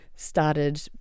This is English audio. started